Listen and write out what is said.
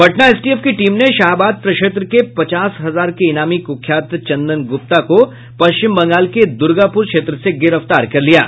Patna STF की team ने शाहाबाद प्रक्षेत्र के पचास हजार के इनामी कुख्यात चंदन गुप्ता को पश्चिम बंगाल के दुर्गापुर क्षेत्र से गिरफ्तार कर लिया है